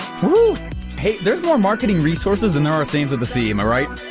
hey there's more marketing resources than there are sands of the sea, am i right?